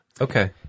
Okay